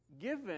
given